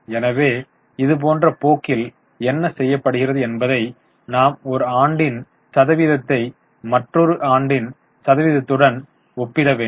எனவே இதுபோன்ற போக்கில் என்ன செய்யப்படுகிறது என்பதை நாம் ஒரு ஆண்டின் சதவீதத்தை மற்றொரு ஆண்டின் சதவீதத்துடன் ஒப்பிட வேண்டும்